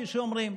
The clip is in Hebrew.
כפי שאומרים.